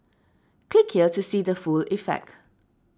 click here to see the full effect